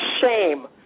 shame